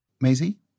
Maisie